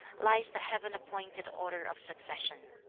lies the heaven-appointed order of succession!